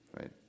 right